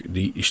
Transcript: die